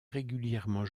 régulièrement